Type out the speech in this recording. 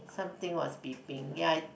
something was beeping ya